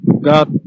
God